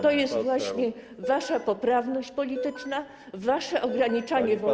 To jest właśnie wasza poprawność polityczna, wasze ograniczanie wolności.